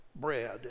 bread